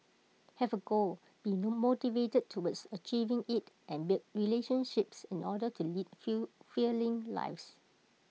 have A goal be no motivated towards achieving IT and build relationships in order to lead feel feeling lives